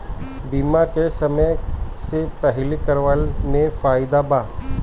बीमा के समय से पहिले करावे मे फायदा बा